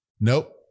Nope